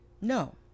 No